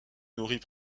nourrit